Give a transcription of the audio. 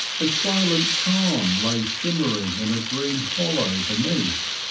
a silent tarn lies shim mering in a green hollow beneath,